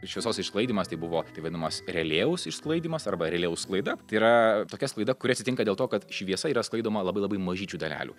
šviesos išsklaidymas tai buvo tai vadinamas relėjaus išsklaidymas arba relėjaus sklaida yra tokia sklaida kuri atsitinka dėl to kad šviesa yra skraidoma labai labai mažyčių dalelių